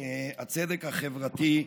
והצדק החברתי בישראל.